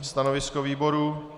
Stanovisko výboru?